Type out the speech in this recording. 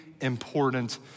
important